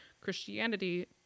Christianity